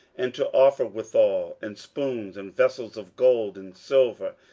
and to offer withal, and spoons, and vessels of gold and silver.